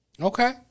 Okay